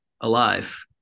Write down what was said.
alive